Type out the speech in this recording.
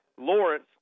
Lawrence